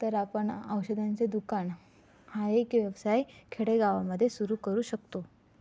तर आपण औषधांचे दुकान हा एक व्यवसाय खेडेगावांमध्ये सुरु करू शकतो